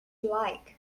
like